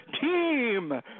team